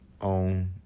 on